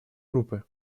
группы